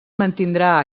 mantindrà